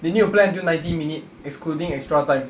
they need to play until ninety minute excluding extra time